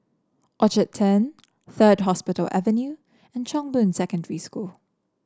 Orchard Turn Third Hospital Avenue and Chong Boon Secondary School